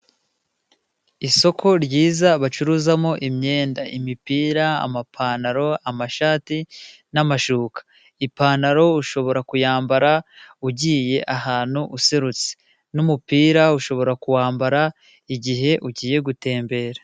Isoko ryiza bacuruzamo imyenda, imipira, amapantaro, amashati n'amashuka. Ipantaro ushobora kuyambara ugiye ahantu userutse, n'umupira ushobora kuwambara igihe ugiye gutembera.